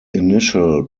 initial